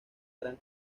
gran